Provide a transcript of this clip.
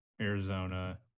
Arizona